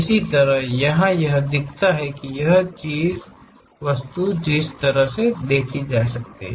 इसी तरह यहाँ यह दिखता है कि यह वस्तु जिस तरह दिख सकती है